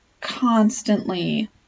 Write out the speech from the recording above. constantly